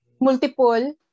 Multiple